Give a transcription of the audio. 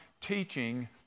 teaching